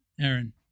Aaron